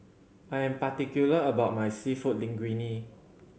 I am particular about my Seafood Linguine